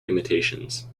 imitations